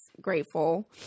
grateful